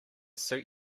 suit